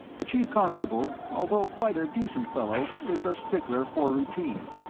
the chief constable, although quite a decent fellow, is a stickler for routine.